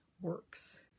works